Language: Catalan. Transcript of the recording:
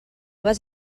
vas